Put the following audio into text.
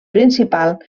principal